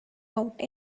out